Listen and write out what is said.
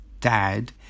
dad